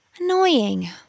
Annoying